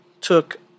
took